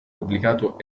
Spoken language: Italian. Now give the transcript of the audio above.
pubblicato